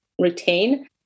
retain